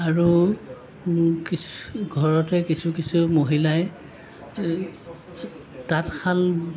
আৰু কিছু ঘৰতে কিছু কিছু মহিলাই এই তাঁতশাল